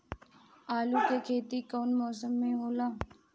आलू के खेती कउन मौसम में होला?